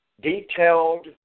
detailed